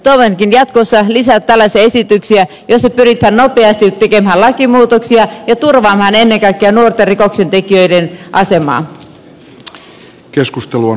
toivonkin jatkossa lisää tällaisia esityksiä joissa pyritään nopeasti tekemään lakimuutoksia ja turvaamaan ennen kaikkea nuorten rikoksentekijöiden asemaa